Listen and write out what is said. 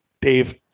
Dave